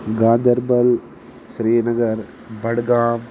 Ganderbal Srinagar Budgam